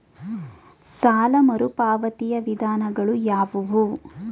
ಸಾಲ ಮರುಪಾವತಿಯ ವಿಧಾನಗಳು ಯಾವುವು?